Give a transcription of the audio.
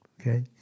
Okay